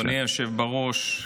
אדוני היושב בראש,